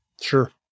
Sure